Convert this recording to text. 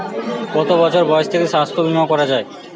কত বছর বয়স থেকে স্বাস্থ্যবীমা করা য়ায়?